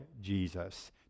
Jesus